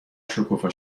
شکوفا